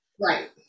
Right